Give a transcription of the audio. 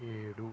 ఏడు